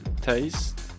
taste